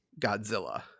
Godzilla